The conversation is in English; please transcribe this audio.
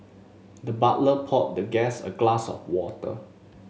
the butler poured the guest a glass of water